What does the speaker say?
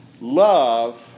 Love